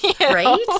Right